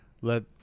let